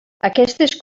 aquestes